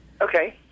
Okay